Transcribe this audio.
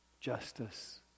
justice